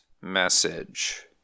Message